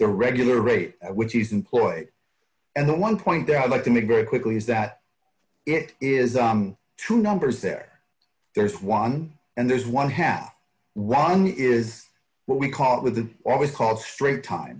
their regular rate which is employed and the one point there i like to make very quickly is that it is two numbers there there's one and there's one half one is what we call it with the always called straight time